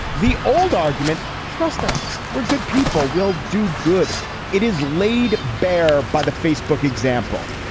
the old argument. trust us. we're good people will do good it is laid bare by the facebook example.